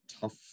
tough